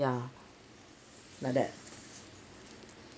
ya like that